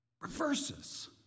reverses